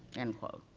end quote.